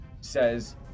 says